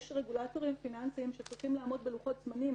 יש רגולטורים פיננסיים שצריכים לעמוד בלוחות-זמנים,